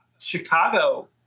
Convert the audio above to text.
Chicago